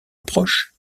approche